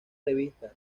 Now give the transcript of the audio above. revistas